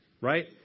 right